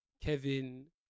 Kevin